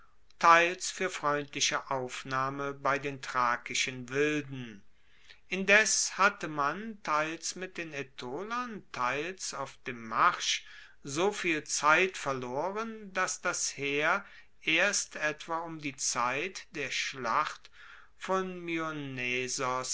teils fuer freundliche aufnahme bei den thrakischen wilden indes hatte man teils mit den aetolern teils auf dem marsch soviel zeit verloren dass das heer erst etwa um die zeit der schlacht von myonnesos